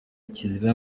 kiziba